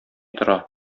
тора